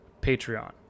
Patreon